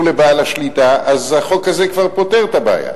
לבעל השליטה" אז החוק הזה כבר פותר את הבעיה.